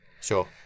Sure